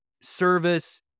service